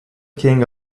king